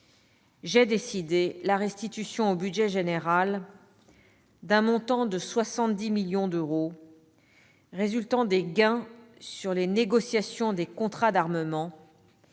j'ai décidé la restitution au budget général d'un montant de 70 millions d'euros résultant des gains sur les négociations des contrats d'armement